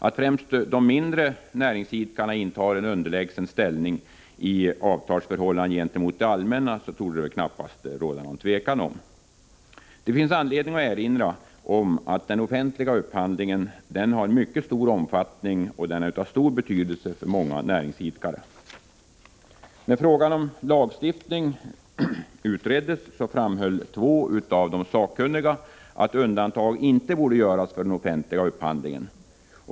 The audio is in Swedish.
Att främst de mindre näringsidkarna intar en underlägsen ställning i avtalsförhållandet gentemot det allmänna torde det knappast råda något tvivel om. Det finns anledning att erinra om att den offentliga upphandlingen har en mycket stor omfattning och är av stor betydelse för många näringsidkare. När frågan om en lagstiftning utreddes framhöll två av de sakkunniga att undantag inte borde göras för offentlig upphandling.